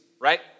right